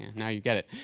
now you get it.